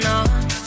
on